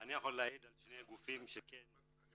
אני יכול להעיד על שני גופים שכן --- אני